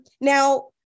Now